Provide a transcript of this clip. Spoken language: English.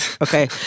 Okay